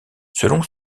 selon